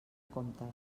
comptes